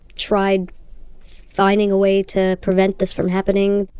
tried finding a way to prevent this from happening.